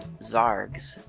Zargs